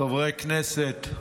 חברי הכנסת,